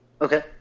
Okay